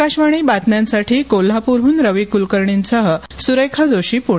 आकाशवाणी बातम्यांसाठी कोल्हापूरहून रवी कुलकर्णीसह सुरेखा जोशी पुणे